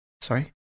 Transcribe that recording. sorry